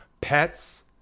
pets